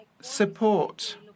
support